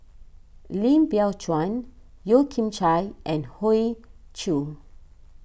Lim Biow Chuan Yeo Kian Chye and Hoey Choo